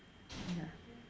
ya